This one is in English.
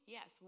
Yes